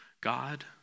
God